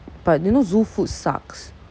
but you know zoo food sucks